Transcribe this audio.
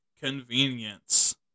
convenience